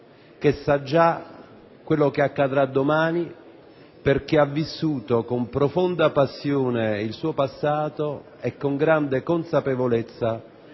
che sa già cosa accadrà domani, perché ha vissuto con profonda passione il suo passato e con grande consapevolezza